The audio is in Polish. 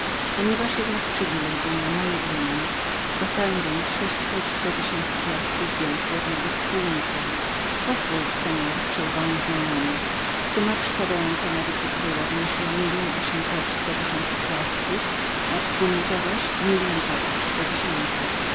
ponieważ jednak przywilej był na moje imię dostałem więc sześćkroć stotysięcy piastrów więcej od mego spólnika pozwól pan przerwał nieznajomy summa przypadająca na wicekróla wynosiła milion ośmkroćstotysięcy piastrów na wspólnika zaś milion dwakroć sto tysięcy